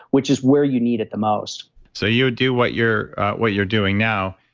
which is where you need it the most so you would do what you're what you're doing now.